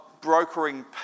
brokering